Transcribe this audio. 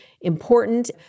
important